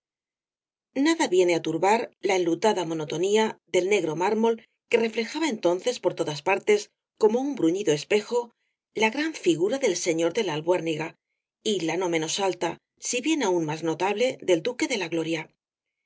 nada viene á turbar la enlutada monotonía del negro mármol que reflejaba entonces por todas partes como un bruñido espejo la gran figura del señor de la albuérniga y la no menos alta si bien aun más notable del duque de la gloria y